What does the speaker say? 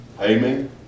Amen